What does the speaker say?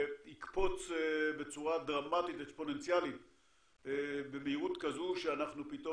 שיקפוץ בצורה דרמטית אקספוננציאלית במהירות כזו שאנחנו פתאום